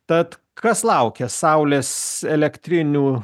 tad kas laukia saulės elektrinių